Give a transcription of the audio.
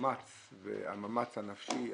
והמאמץ הנפשי,